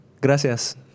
Gracias